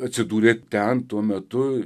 atsidūrei ten tuo metu